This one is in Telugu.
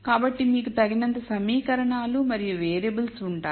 కాబట్టి మీకు తగినంత సమీకరణాలు మరియు వేరియబుల్స్ ఉంటాయి